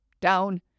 down